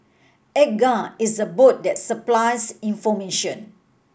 Edgar is a bot that supplies information